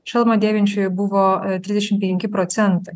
šalmą dėvinčiųjų buvo trisdešimt penki procentai